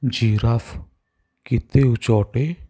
giraffe କେତେ ଉଚ୍ଚ ଅଟେ